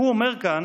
הוא אומר כאן